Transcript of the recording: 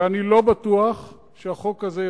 ואני לא בטוח שהחוק הזה יספיק.